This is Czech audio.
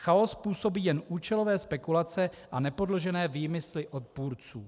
Chaos způsobí jen účelové spekulace a nepodložené výmysly odpůrců.